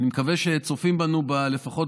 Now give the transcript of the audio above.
אני מקווה שצופים בנו לפחות